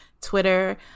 Twitter